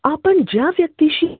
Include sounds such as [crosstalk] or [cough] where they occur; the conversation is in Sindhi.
[unintelligible]